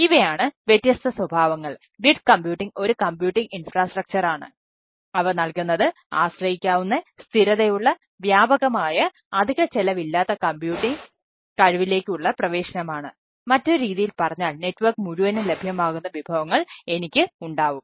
ഇവയാണ് വ്യത്യസ്ത സ്വഭാവങ്ങൾ ഗ്രിഡ് കമ്പ്യൂട്ടിംഗ് മുഴുവനും ലഭ്യമാകുന്ന വിഭവങ്ങൾ എനിക്ക് ഉണ്ടാവും